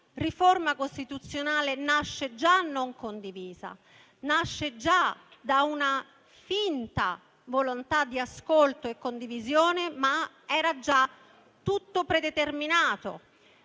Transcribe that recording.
riforma costituzionale nasce già non condivisa, nasce già da una finta volontà di ascolto e condivisione: era già tutto predeterminato.